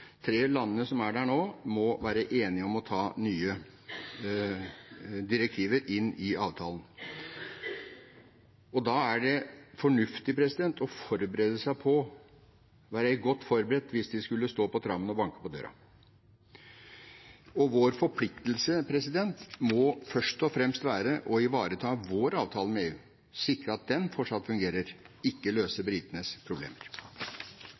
tre landene som er der nå, må være enige om å ta nye direktiver inn i avtalen. Da er det fornuftig å forberede seg på det og være godt forberedt hvis de skulle stå på trammen og banke på døra. Vår forpliktelse må først og fremst være å ivareta vår avtale med EU og sikre at den fortsatt fungerer, ikke løse britenes problemer.